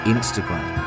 Instagram